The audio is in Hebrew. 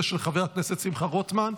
ושל חבר הכנסת שמחה רוטמן.